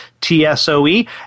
T-S-O-E